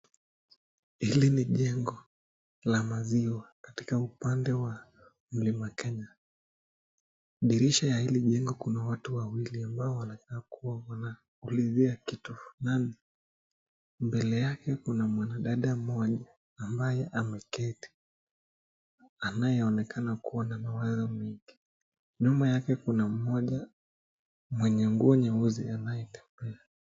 Hili ni jengo la maziwa, katika upande wa Mlima Kenya . Dirisha la hili jengo Kuna watu wawili ambao wanakaa kuwa wanaulizia kitu fulani . Mbele yake Kuna mwanadada mmoja ambaye ameketi , anayeonekana kuwa na mawazo mingi . Nyuma yake kuna mmoja mwenye nguo nyeusi anayetembea .